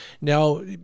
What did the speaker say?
Now